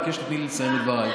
אני מבקש שתיתני לי לסיים את דבריי.